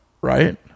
Right